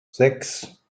sechs